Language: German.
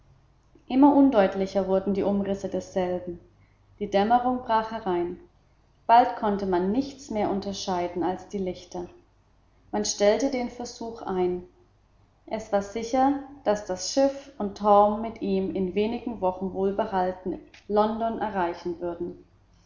immer undeutlicher wurden die umrisse desselben die dämmerung brach herein bald konnte man nichts mehr unterscheiden als die lichter man stellte den versuch ein es war sicher daß das schiff und torm mit ihm in wenigen wochen wohlbehalten london erreichen würden